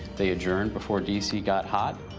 they adjourned before d c. got hot.